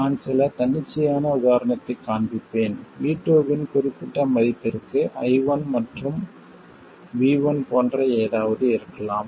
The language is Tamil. நான் சில தன்னிச்சையான உதாரணத்தைக் காண்பிப்பேன் V2 இன் குறிப்பிட்ட மதிப்பிற்கு I1 மற்றும் V1 போன்ற ஏதாவது இருக்கலாம்